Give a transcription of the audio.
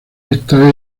esta